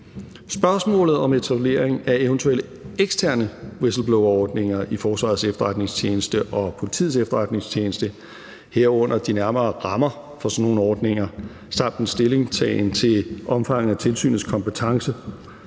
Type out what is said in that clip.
Spørgsmålet om etablering af eventuelle eksterne whistleblowerordninger i Forsvarets Efterretningstjeneste og Politiets Efterretningstjeneste, herunder de nærmere rammer for sådan nogle ordninger, samt en stillingtagen til omfanget af tilsynets kompetence